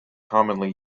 commonly